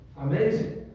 amazing